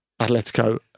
Atletico